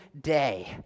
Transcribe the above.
day